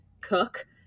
cook